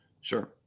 Sure